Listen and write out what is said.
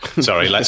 Sorry